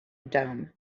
dome